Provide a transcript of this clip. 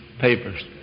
papers